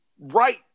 right